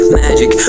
magic